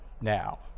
now